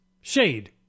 shade